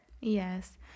Yes